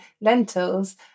lentils